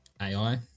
ai